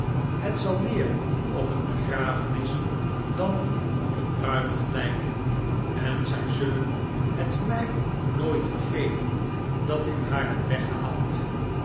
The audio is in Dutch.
het zal meer op een begrafenis tv een onderhoud met de dames spenlow dan op een bruiloft lijken en zij zullen net mij nooit vergeven dat ik haar heb weggehaald